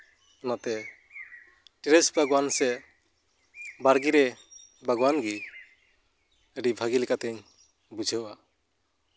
ᱚᱱᱟᱛᱮ ᱴᱨᱮᱥ ᱵᱟᱜᱽᱣᱟᱱ ᱥᱮ ᱵᱟᱲᱜᱮ ᱨᱮ ᱵᱟᱜᱽᱣᱟᱱ ᱜᱮ ᱟᱹᱰᱤ ᱵᱷᱟᱹᱜᱤ ᱞᱮᱠᱟᱛᱤᱧ ᱵᱩᱡᱷᱟᱹᱣᱟ